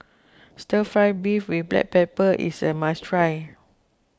Stir Fry Beef with Black Pepper is a must try